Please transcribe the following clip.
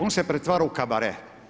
On se pretvara u kabare.